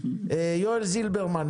יואל זילברמן,